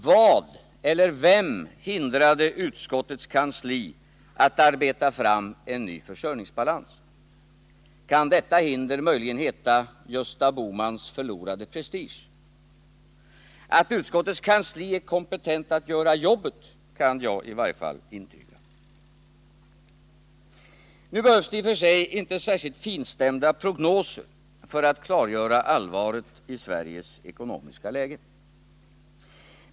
Vad eller vem hindrade utskottets kansli från att arbeta fram en ny försörjningsbalans? Kan detta hinder möjligen heta Gösta Bohmans förlorade prestige? Att utskottets kansli är kompetent att göra jobbet, kan jag i varje fall intyga. Nu behövs det i och för sig inte särskilt finstämda prognoser för att klargöra allvaret i Sveriges ekonomiska läge.